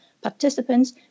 participants